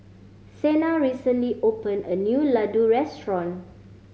Sena recently opened a new Ladoo Restaurant